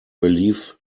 believe